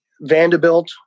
Vanderbilt